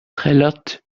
trällert